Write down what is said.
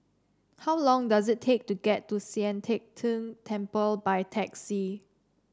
how long does it take to get to Sian Teck Tng Temple by taxi